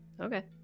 okay